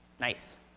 nice